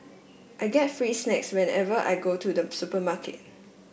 I get free snacks whenever I go to the supermarket